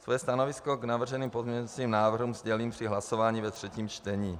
Svoje stanovisko k navrženým pozměňovacím návrhům sdělím při hlasování ve třetím čtení.